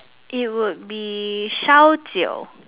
it would be 烧酒